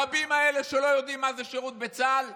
הרבים האלה שלא יודעים מה זה שירות בצה"ל?